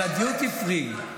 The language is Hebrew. על הדיוטי פרי.